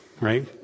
Right